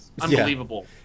Unbelievable